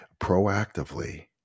proactively